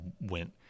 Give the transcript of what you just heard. went